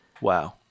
Wow